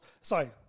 sorry